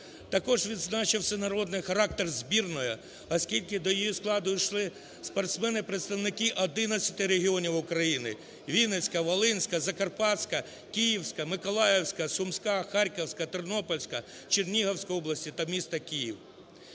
Також відзначу всенародний характер збірної, оскільки до її складу увійшли спортсмени, представники одинадцяти регіонів України: Вінницька, Волинська, Закарпатська, Київська, Миколаївська, Сумська, Харківська, Тернопільська, Чернігівська області та місто Київ.